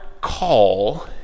call